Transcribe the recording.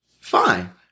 fine